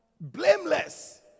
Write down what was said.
Blameless